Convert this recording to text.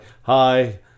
Hi